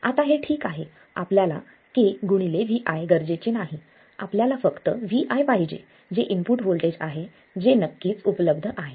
आता हे ठीक आहे आपल्याला kVi गरजेचे नाही आपल्याला फक्त Vi पाहिजे जे इनपुट व्होल्टेज आहे जे नक्कीच उपलब्ध आहे